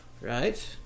right